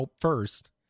first